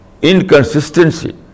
inconsistency